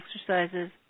Exercises